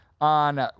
On